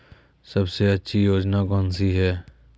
सबसे अच्छी योजना कोनसी है?